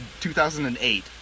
2008